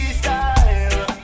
style